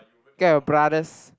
get your brothers